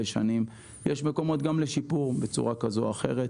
שנים יש מקומות גם לשיפור בצורה כזאת או אחרת.